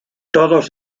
todos